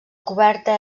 coberta